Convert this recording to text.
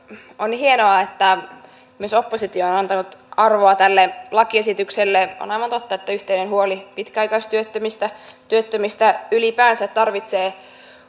on hienoa että myös oppositio on antanut arvoa tälle lakiesitykselle on aivan totta että on yhteinen huoli pitkäaikaistyöttömistä työttömistä ylipäänsä ja tarvitaan